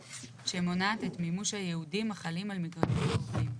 שמונעת את מימוש הייעודים החלים על מגרשים גובלים,